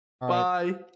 Bye